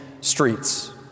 streets